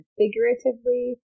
figuratively